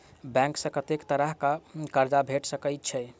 Bank सऽ कत्तेक तरह कऽ कर्जा भेट सकय छई?